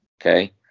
Okay